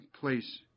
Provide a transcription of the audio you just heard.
place